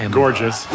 gorgeous